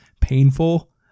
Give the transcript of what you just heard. painful